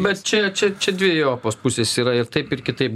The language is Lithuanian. bet čia čia čia dvejopos pusės yra ir taip ir kitaip